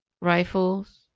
rifles